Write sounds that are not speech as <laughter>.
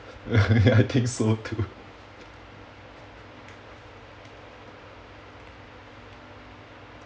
<laughs> ya I think so too